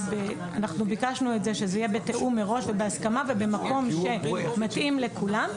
אנחנו ביקשנו את זה שזה יהיה בתיאום מראש ובהסכמה ובמקום שמתאים לכולם,